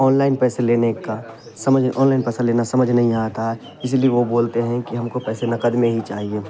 on line پیسے لینے کا سمجھ آن لائن پیسہ لینا سمجھ نہیں آتا اسی لیے وہ بولتے ہیں کہ ہم کو پیسے نقد میں ہی چاہیے